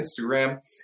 Instagram